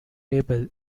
label